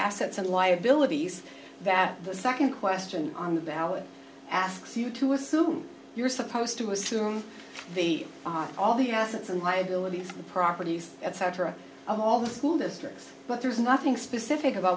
assets and liabilities that the second question on the ballot asks you to assume you're supposed to assume the all the assets and liabilities the properties etc of all the school districts but there's nothing specific about